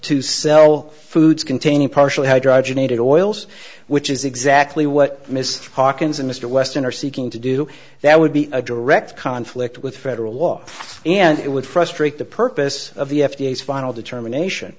to sell foods containing partially hydrogenated oils which is exactly what mr hawkins and mr weston are seeking to do that would be a direct conflict with federal law and it would frustrate the purpose of the f d a final determination